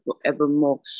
forevermore